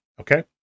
Okay